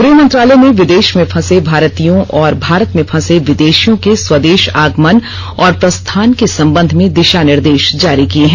गृह मंत्रालय ने विदेश में फंसे भारतीयों और भारत में फंसे विदेशियों के स्वदेश आगमन और प्रस्थान के संबंध में दिशा निर्देश जारी किये हैं